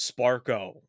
Sparko